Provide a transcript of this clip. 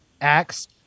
acts